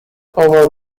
over